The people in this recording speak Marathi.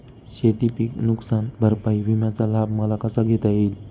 शेतीपीक नुकसान भरपाई विम्याचा लाभ मला कसा घेता येईल?